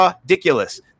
Ridiculous